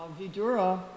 Vidura